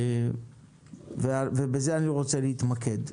ובזה אני רוצה להתמקד.